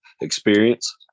experience